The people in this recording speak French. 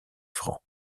francs